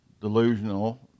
delusional